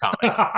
comics